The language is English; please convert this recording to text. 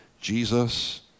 Jesus